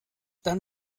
dann